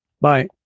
Bye